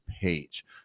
page